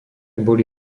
boli